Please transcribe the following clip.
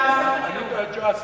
מה אכפת לך?